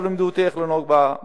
לא לימדו אותי איך לנהוג בגשם.